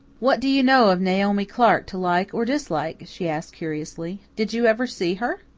what do you know of naomi clark to like or dislike? she asked curiously. did you ever see her?